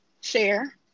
share